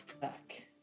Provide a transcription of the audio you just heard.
back